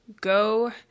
go